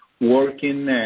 working